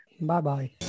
Bye-bye